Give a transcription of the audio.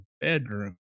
bedroom